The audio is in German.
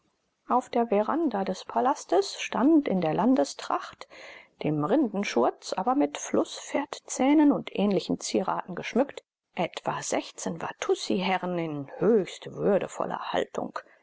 auf der veranda des palastes standen in der landestracht dem rindenschurz aber mit flußpferdzähnen und ähnlichen zieraten geschmückt etwa sechzehn watussiherren in höchst würdevoller haltung